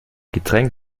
getränk